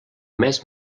més